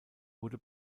wurde